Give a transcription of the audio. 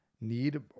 need